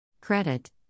Credit